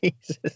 Jesus